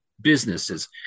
businesses